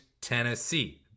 Tennessee